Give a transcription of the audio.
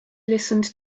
listened